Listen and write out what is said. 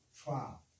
trial